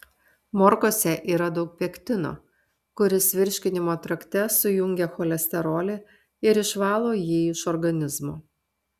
morkose yra daug pektino kuris virškinimo trakte sujungia cholesterolį ir išvalo jį iš organizmo